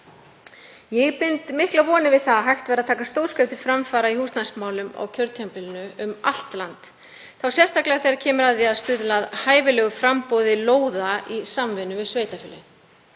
Ég bind miklar vonir við að hægt verði að taka stór skref til framfara í húsnæðismálum á kjörtímabilinu um allt land, þá sérstaklega þegar kemur að því að stuðla að hæfilegu framboði lóða í samvinnu við sveitafélögin.